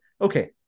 Okay